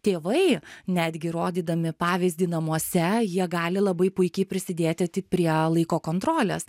tėvai netgi rodydami pavyzdį namuose jie gali labai puikiai prisidėti prie laiko kontrolės